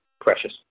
Precious